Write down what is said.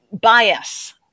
bias